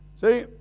see